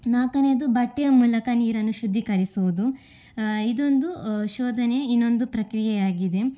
ನಾಲ್ಕನೆಯದು ಬಟ್ಟೆಯ ಮೂಲಕ ನೀರನ್ನು ಶುದ್ಧೀಕರಿಸುವುದು ಇದೊಂದು ಶೋಧನೆ ಇನ್ನೊಂದು ಪ್ರಕ್ರಿಯೆಯಾಗಿದೆ